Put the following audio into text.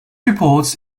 reports